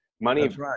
Money